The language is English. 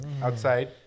Outside